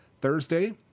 Thursday